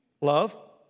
Love